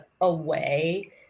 away